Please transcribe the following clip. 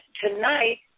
tonight